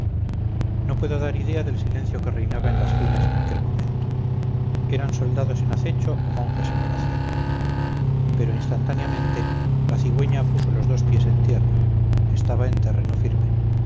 no puedo dar idea del silencio que reinaba en las filas en aquel momento eran soldados en acecho o monjes en oración pero instantáneamente la cigüeña puso los dos pies en tierra estaba en terreno firme